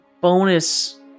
bonus